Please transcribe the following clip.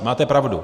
Máte pravdu.